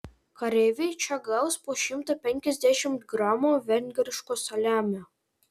kareiviai čia gaus po šimtą penkiasdešimt gramų vengriško saliamio